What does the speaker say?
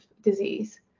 disease